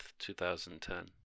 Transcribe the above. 2010